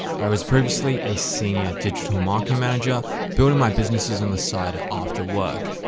i was previously a senior digital marketing manager building my businesses on the side after work.